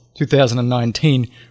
2019